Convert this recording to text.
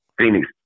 Phoenix